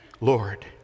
Lord